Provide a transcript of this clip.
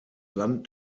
land